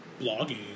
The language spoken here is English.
blogging